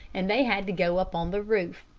and they had to go up on the roof.